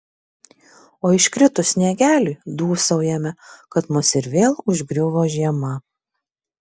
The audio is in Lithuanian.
o iškritus sniegeliui dūsaujame kad mus ir vėl užgriuvo žiema